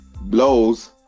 blows